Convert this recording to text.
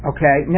Okay